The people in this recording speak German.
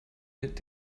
mit